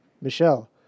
Michelle